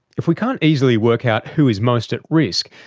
if we can't easily work out who is most at risk,